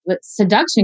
seduction